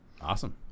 awesome